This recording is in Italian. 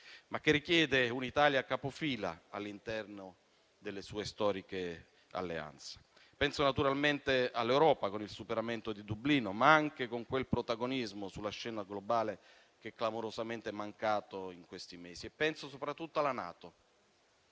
ma che richiede un'Italia capofila all'interno delle sue storiche alleanze. Penso naturalmente all'Europa, con il superamento di Dublino, ma anche con quel protagonismo sulla scena globale che è clamorosamente mancato in questi mesi. E penso soprattutto alla NATO,